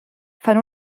fan